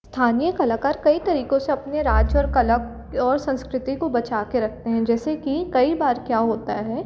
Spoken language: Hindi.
स्थानीय कलाकार कई तरीक़ों से अपने राज्य और कला और संस्कृति को बचा के रखते हैं जैसे कि कई बार क्या होता है